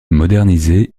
modernisé